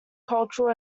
cultural